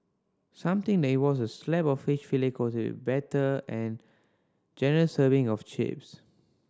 something that involves a slab of fish fillet coated with batter and generous serving of chips